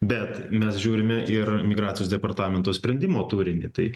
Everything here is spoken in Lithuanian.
bet mes žiūrime ir migracijos departamento sprendimo turinį tai